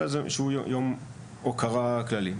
אלא זה איזשהו יום הוקרה כללי.